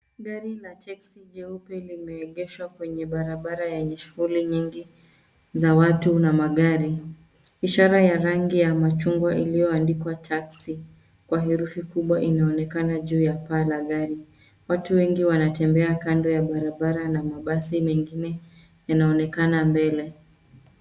Gari la teksi jeupe limeegeshwa kwenye barabara yenye shughuli nyingi za watu na magari. Ishara ya rangi ya machungwa iliyoandikwa Taxi kwa herufi kubwa, inaonekana juu ya paa la gari. Watu wengi wanatembea kando ya barabara na mabasi mengine yanaonekana mbele.